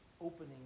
opening